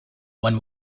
when